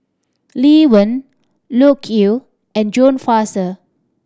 Lee Wen Loke Yew and John Fraser